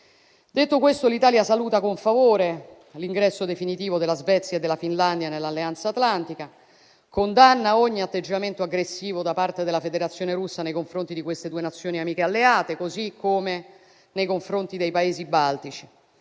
Detto questo, l'Italia saluta con favore l'ingresso definitivo della Svezia e della Finlandia nell'Alleanza atlantica e condanna ogni atteggiamento aggressivo da parte della Federazione Russa nei confronti di questi due Paesi amichi e alleati, così come nei confronti dei Paesi baltici.